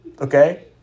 Okay